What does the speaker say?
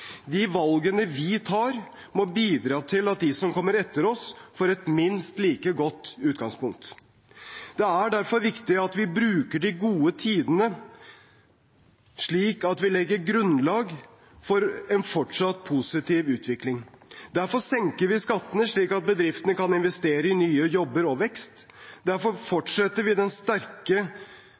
De valgene vi tar, må bidra til at de som kommer etter oss, får et minst like godt utgangspunkt. Det er derfor viktig at vi bruker de gode tidene slik at vi legger grunnlag for en fortsatt positiv utvikling. Derfor senker vi skattene, slik at bedriftene kan investere i nye jobber og vekst, derfor fortsetter vi den sterke